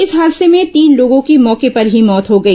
इस हादसे में तीन लोगों की मौके पर ही मौत हो गई